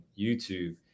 YouTube